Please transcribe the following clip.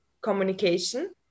communication